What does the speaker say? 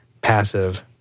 Passive